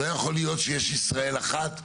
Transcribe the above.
לא יכול להיות שיש ישראל אחת,